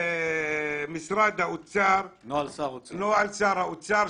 שר האוצר,